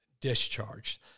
discharged